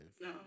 No